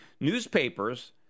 newspapers